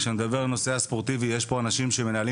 כשאני מדבר על הנושא הספורטיבי יש פה אנשים שמנהלים